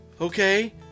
Okay